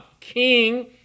King